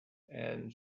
and